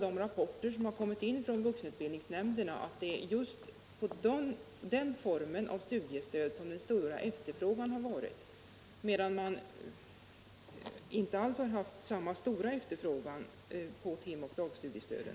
De rapporter som har kommit in från vuxenutbildningsnämnderna visar att den stora efterfrågan har gällt den formen av studiestöd, medan det inte alls har varit samma stora efterfrågan på timoch dagstudiestödet.